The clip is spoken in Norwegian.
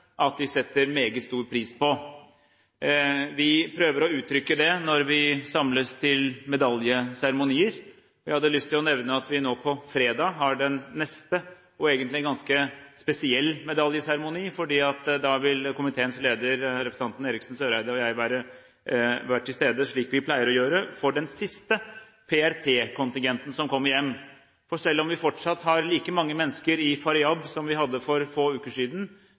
at de setter meget stor pris på. Vi prøver å uttrykke det når vi samles til medaljeseremonier. Jeg har lyst til å nevne at vi nå på fredag har den neste, og egentlig en ganske spesiell medaljeseremoni. Da vil komiteens leder, representanten Eriksen Søreide, og jeg være til stede, slik vi pleier å være, når den siste PRT-kontingenten kommer hjem. Selv om vi fortsatt har like mange mennesker i Faryab som vi hadde for få uker siden,